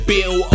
Bill